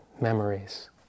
memories